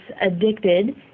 addicted